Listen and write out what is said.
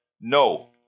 No